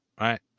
right